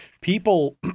people